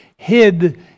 hid